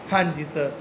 ਹਾਂਜੀ ਸਰ